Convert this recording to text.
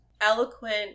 eloquent